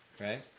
right